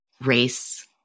race